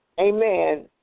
amen